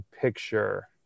picture